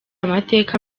amateka